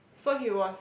so he was